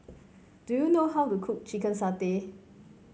do you know how to cook Chicken Satay